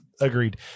agreed